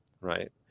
right